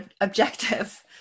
objective